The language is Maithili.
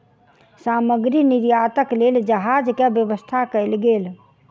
सामग्री निर्यातक लेल जहाज के व्यवस्था कयल गेल